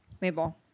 Mabel